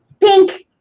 Pink